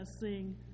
sing